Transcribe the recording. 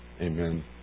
Amen